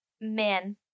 Men